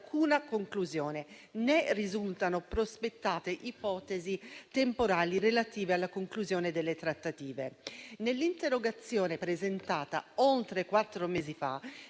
conclusione, né risultano prospettate ipotesi temporali relative alla conclusione delle trattative. Nell'interrogazione presentata oltre quattro mesi fa,